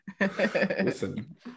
Listen